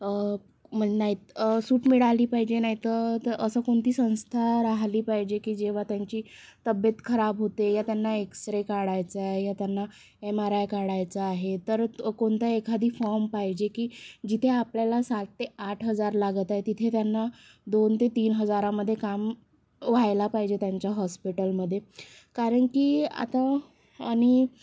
नाही तर सूट मिळाली पाहिजे नाही तर अशी कोणती संस्था राहली पाहिजे की जेव्हा त्यांची तब्येत खराब होते या त्यांना एक्स रे काढायचा आहे या त्यांना एम आर आय काढायचा आहे तर कोणता एखादी फॉर्म पाहिजे की जिथे आपल्याला सात ते आठ हजार लागत आहे तिथे त्यांना दोन ते तीन हजारामध्ये काम व्हायला पाहिजे त्यांचं हॉस्पिटलमध्ये कारण की आता आणि